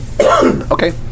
Okay